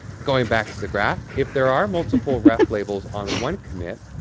going back to the graph, if there are multiple ref labels on one commit,